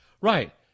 right